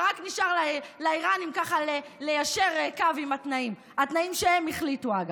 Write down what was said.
ולאיראנים רק נשאר ליישר קו עם התנאים שהם החליטו עליהם,